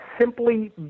simply